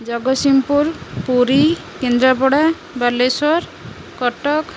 Jagatsinghpur Puri Kendrapara Baleswar Cuttack